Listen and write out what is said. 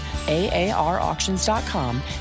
AARauctions.com